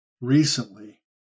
recently